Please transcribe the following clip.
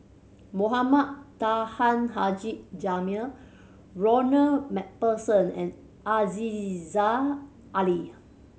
Mohamed Taha Haji Jamil Ronald Macpherson and Aziza Ali